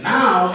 Now